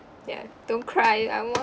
ya don't cry I'm not